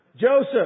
Joseph